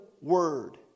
word